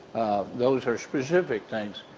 those are specific things.